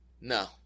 No